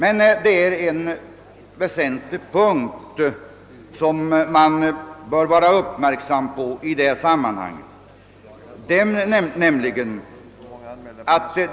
En väsentlig synpunkt bör man emellertid i detta fall uppmärksamma.